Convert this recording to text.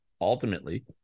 ultimately